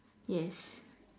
yes